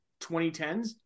2010s